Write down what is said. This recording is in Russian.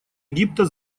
египта